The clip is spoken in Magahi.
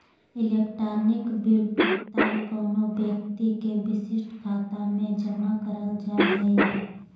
इलेक्ट्रॉनिक बिल भुगतान कोनो व्यक्ति के विशिष्ट खाता में जमा करल जा हइ